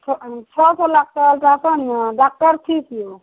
छ छओ सओ लागतै अल्ट्रासाउण्डमे डॉकटर फीस यौ